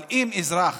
אבל אם אזרח,